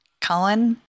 Cullen